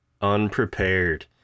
unprepared